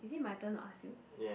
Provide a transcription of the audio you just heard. actually my turn what